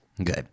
Okay